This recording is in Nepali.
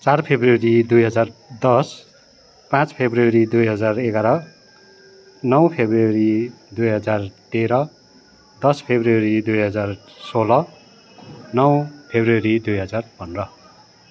चार फरवरी दुई हजार दस पाँच फरवरी दुई हजार एघार नौ फरवरी दुई हजार तेह्र दस फरवरी दुई हजार सोह्र नौ फरवरी दुई हजार पन्ध्र